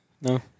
No